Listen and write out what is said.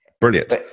Brilliant